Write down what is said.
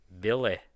Billy